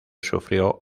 sufrió